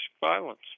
violence